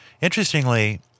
interestingly